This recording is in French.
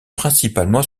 principalement